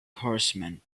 horsemen